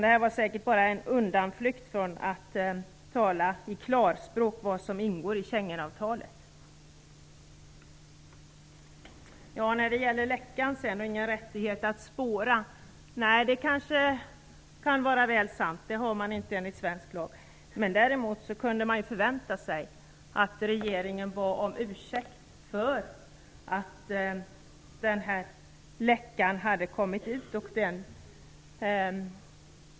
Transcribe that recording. Det här var säkert bara en undanflykt för att slippa tala i klarspråk om vad som ingår i Man har ingen rättighet att spåra läckan, säger invandrarministern. Nej, det kanske kan vara sant att man inte har det enligt svensk lag. Däremot kunde man förvänta sig att regeringen bad om ursäkt för att detta hade kommit ut.